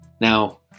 Now